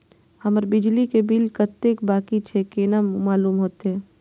हमर बिजली के बिल कतेक बाकी छे केना मालूम होते?